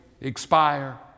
expire